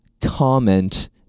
Comment